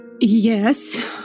Yes